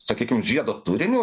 sakykim žiedo turiniu